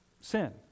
Sin